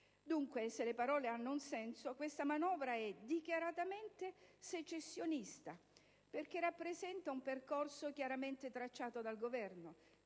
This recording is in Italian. Dunque, se le parole hanno un senso, questa manovra è dichiaratamente secessionista perché rappresenta un percorso chiaramente tracciato dal Governo,